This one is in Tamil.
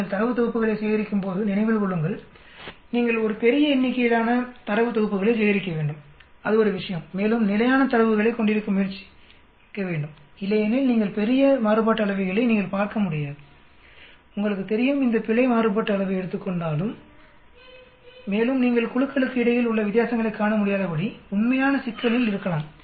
நீங்கள் தரவுத் தொகுப்புகளைச் சேகரிக்கும் போது நினைவில் கொள்ளுங்கள் நீங்கள் ஒரு பெரிய எண்ணிக்கையிலான தரவுத் தொகுப்புகளைச் சேகரிக்க வேண்டும் அது ஒரு விஷயம் மேலும் நிலையான தரவுகளைக் கொண்டிருக்க முயற்சிக்க வேண்டும் இல்லையெனில் நீங்கள் பெரிய மாறுபாட்டு அளவைகளைக் கொண்டிருக்கப் போகிறீர்கள் என்றால் இடை குழு மாறுபாட்டு அளவைகளை நீங்கள் பார்க்க முடியாது உங்களுக்கு தெரியும் இந்த பிழை மாறுபாட்டு அளவை எடுத்துக்கொள்லும் மேலும் நீங்கள் குழுக்களுக்கு இடையில் உள்ள வித்தியாசங்களைக் காண முடியாதபடி உண்மையான சிக்கலில் இருக்கலாம்